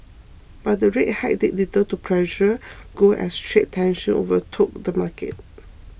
but the rate hike did little to pressure gold as trade tensions overtook the market